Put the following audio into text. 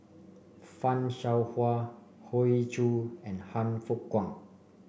Fan Shao Hua Hoey Choo and Han Fook Kwang